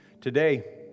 Today